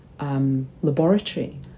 laboratory